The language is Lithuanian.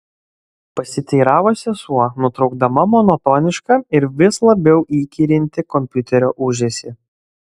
pasiteiravo sesuo nutraukdama monotonišką ir vis labiau įkyrintį kompiuterio ūžesį